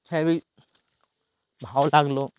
heavy ভালো লাগলো